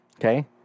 Okay